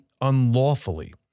unlawfully